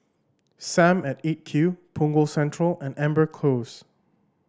Sam at Eight Q Punggol Central and Amber Close